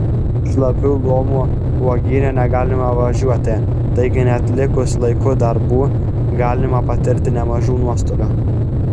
šlapių lomų uogyne negalima važiuoti taigi neatlikus laiku darbų galima patirti nemažų nuostolių